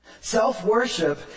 Self-worship